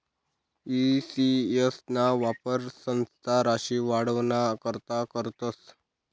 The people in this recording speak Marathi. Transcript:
ई सी.एस ना वापर संस्था राशी वाढावाना करता करतस